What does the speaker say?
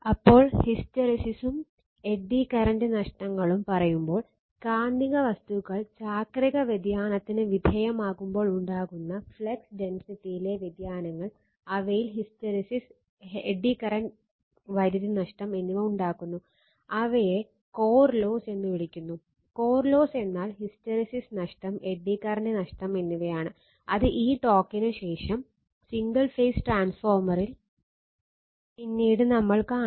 അപ്പോൾ ഹിസ്റ്റെറിസിസും പിന്നീട് നമ്മൾ കാണും